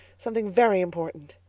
something very important.